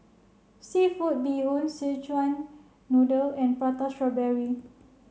Seafood Bee Hoon Szechuan Noodle and prata strawberry